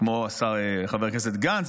כמו חבר הכנסת גנץ,